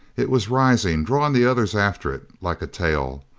it was rising, drawing the others after it like a tail.